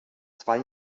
zwei